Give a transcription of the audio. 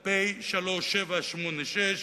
פ/3786.